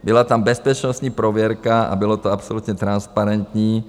Byla tam bezpečnostní prověrka a bylo to absolutně transparentní.